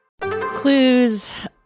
Clues